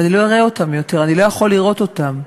ואני לא אראה אותם יותר, אני לא יכול לראות אותם,